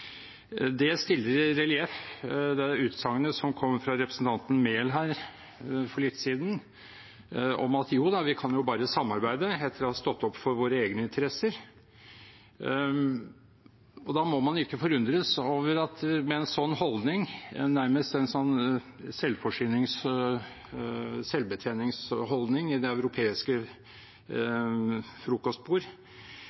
Det stiller i relieff det utsagnet som kom fra representanten Enger Mehl her for litt siden, om at jo da, vi kan jo bare samarbeide – etter å ha stått opp for våre egne interesser. Med en sånn holdning, nærmest en selvforsynings- og selvbetjeningsholdning ved det europeiske